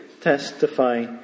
testify